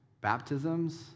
baptisms